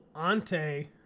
Ante